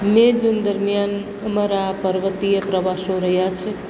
મે June દરમિયાન અમારા આ પર્વતીય પ્રવાસો રહ્યા છે